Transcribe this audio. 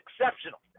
exceptional